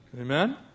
Amen